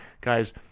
guys